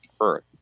earth